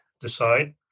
decide